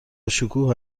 شکوه